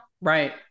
Right